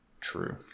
True